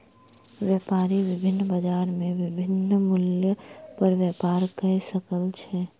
व्यापारी विभिन्न बजार में विभिन्न मूल्य पर व्यापार कय सकै छै